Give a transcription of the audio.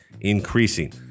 increasing